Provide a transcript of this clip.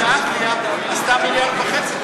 עשתה מיליארד וחצי,